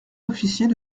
officiers